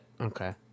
Okay